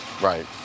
Right